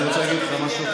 אני רוצה להגיד לך משהו,